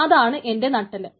അതാണ് എന്റെ നട്ടെല്ല്